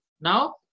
now